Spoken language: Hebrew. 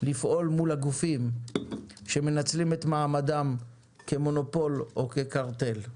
לפעול מול הגופים שמנצלים את מעמדם כמונופול או כקרטל.